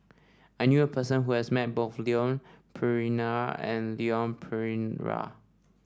I knew a person who has met both Leon Perera and Leon Perera